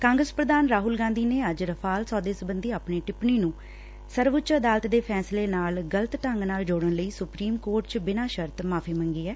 ਕਾਂਗਰਸ ਪ੍ਰਧਾਨ ਰਾਹੁਲ ਗਾਂਧੀ ਨੇ ਅੱਜ ਰਾਫਾਲ ਸੌਦੇ ਸਬੰਧੀ ਆਪਣੀ ਟਿੱਪਣੀ ਨੂੰ ਸਰਵਉੱਚ ਅਦਾਲਤ ਦੇ ਫੈਸਲੇ ਨਾਲ ਗਲਤ ਢੰਗ ਨਾਲ ਜੋੜਨ ਲਈ ਸੁਪਰੀਮ ਕੋਰਟ ਚ ਬਿਨਾਂ ਸ਼ਰਤ ਮਾਵੀ ਮੰਗੀ ਐ